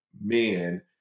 men